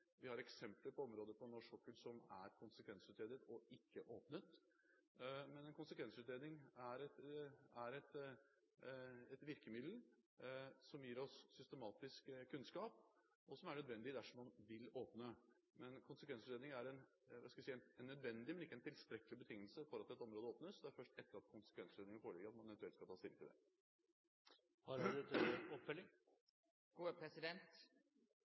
Vi har eksempler på områder på norsk sokkel som er konsekvensutredet og ikke åpnet. En konsekvensutredning er et virkemiddel som gir oss systematisk kunnskap, og som er nødvendig dersom man vil åpne. En konsekvensutredning er en nødvendig, men ikke tilstrekkelig betingelse for at et område åpnes. Det er først etter at konsekvensutredningen foreligger at man eventuelt skal ta stilling til det. Det er òg riktig å seie at me har aldri hatt ei konsekvensutgreiing utan at området er blitt opna. Det